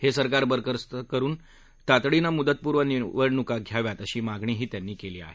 हे सरकार बरखास्त करून तातडीनं मुदतपूर्व निवडणूका घ्याव्यात अशी मागणीही त्यांनी केली आहे